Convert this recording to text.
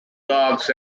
dogs